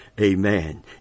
Amen